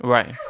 Right